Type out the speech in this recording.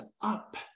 up